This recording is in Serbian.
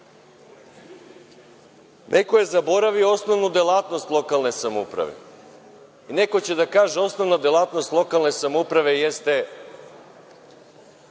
je zaboravio osnovnu delatnost lokalne samouprave. Neko će da kaže – osnovna delatnost lokalne samouprave jeste